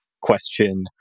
question